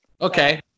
Okay